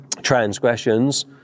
Transgressions